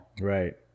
Right